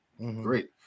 great